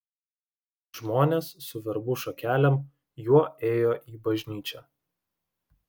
žmonės su verbų šakelėm juo ėjo į bažnyčią